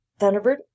Thunderbird